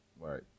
Right